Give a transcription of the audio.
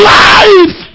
life